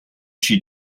she